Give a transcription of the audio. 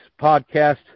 podcast